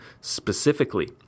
specifically